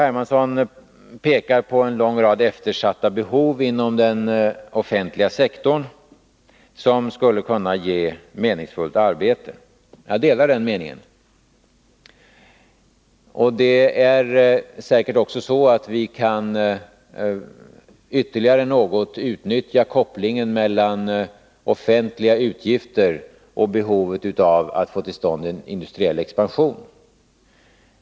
Hermansson pekar på en lång rad eftersatta behov inom den offentliga sektorn som skulle kunna ge meningsfullt arbete. Jag delar den meningen. Säkerligen kan vi också något ytterligare utnyttja kopplingen mellan offentliga utgifter och behovet att få till stånd en industriell expansion.